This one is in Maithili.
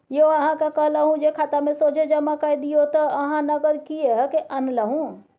यौ अहाँक कहलहु जे खातामे सोझे जमा कए दियौ त अहाँ नगद किएक आनलहुँ